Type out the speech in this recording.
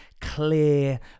Clear